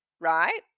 Right